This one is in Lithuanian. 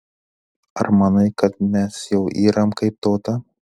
ar manai kad mes jau yram kaip tauta